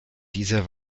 dieser